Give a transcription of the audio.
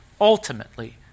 ultimately